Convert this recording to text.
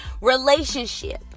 relationship